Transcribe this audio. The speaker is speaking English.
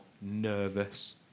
nervous